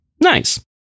Nice